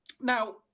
Now